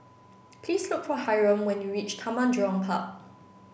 please look for Hiram when you reach Taman Jurong Park